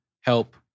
help